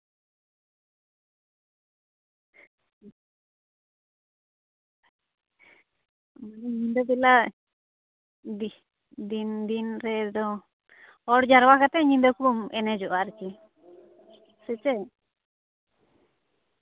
ᱧᱤᱫᱟᱹ ᱵᱮᱞᱟ ᱫᱤᱱ ᱫᱤᱱ ᱨᱮᱫᱚ ᱦᱚᱲ ᱡᱟᱨᱣᱟ ᱠᱟᱛᱮᱫ ᱧᱤᱫᱟᱹ ᱠᱚ ᱮᱱᱮᱡᱚᱜᱼᱟ ᱟᱨᱠᱤ ᱥᱮ ᱪᱮᱫ